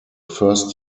first